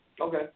Okay